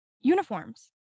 uniforms